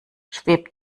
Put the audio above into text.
schwebt